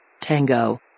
Tango